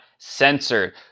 censored